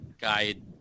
guide